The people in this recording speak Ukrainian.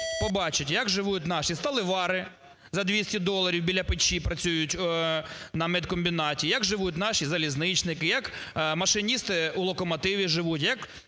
побачать, як живуть наші сталевари за 200 доларів, біля печі працюють на меткомбінаті, як живуть наші залізничники, як машиністи локомотивів живуть,